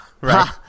right